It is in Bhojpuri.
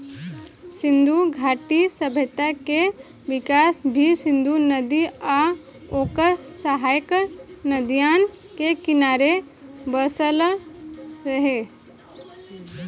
सिंधु घाटी सभ्यता के विकास भी सिंधु नदी आ ओकर सहायक नदियन के किनारे बसल रहे